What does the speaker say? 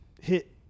hit